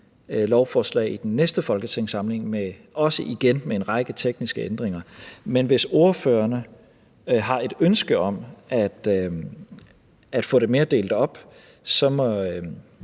lovforslag i den næste folketingssamling, hvor der igen er en række tekniske ændringer, men hvis ordførerne har et ønske om at få det mere delt op, synes